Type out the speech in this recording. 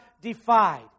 defied